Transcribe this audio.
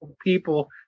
people